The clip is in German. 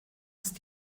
ist